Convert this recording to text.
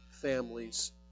families